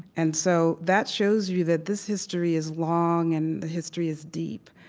and so that shows you that this history is long, and the history is deep.